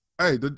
hey